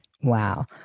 Wow